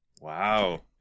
wow